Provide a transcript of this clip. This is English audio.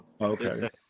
Okay